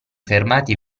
fermati